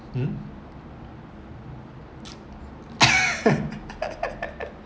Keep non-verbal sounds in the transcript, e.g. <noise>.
mm <laughs>